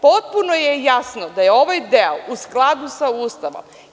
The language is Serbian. Potpuno je jasno da je ovaj deo u skladu sa Ustavom.